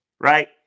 right